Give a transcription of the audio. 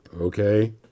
okay